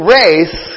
race